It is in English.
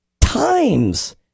times